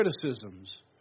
criticisms